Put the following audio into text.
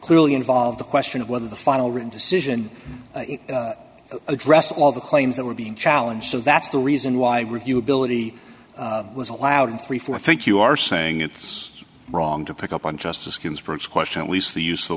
clearly involved the question of whether the final written decision addressed all the claims that were being challenged so that's the reason why review ability was allowed thirty four i think you are saying it's wrong to pick up on justice ginsburg's question at least the use the